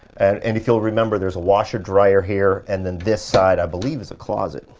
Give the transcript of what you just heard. and and if you'll remember, there's a washer dryer here, and then this side, i believe, is a closet.